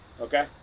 Okay